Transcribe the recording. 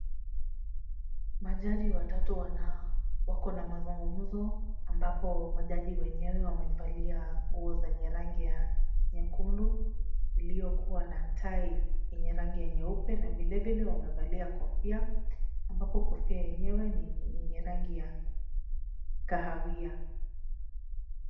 Majaji watatu wako na mazungumzo ambapo majaji wenyewe wamevalia nguo zenye rangi ya nyekundu iliyokuwa na tai yenye rangi ya nyeupe na vilevile wamevalia kofia ambapo kofia yenyewe ni yenye rangi ya kahawia.